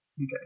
Okay